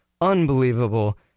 unbelievable